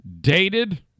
dated